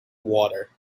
water